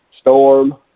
Storm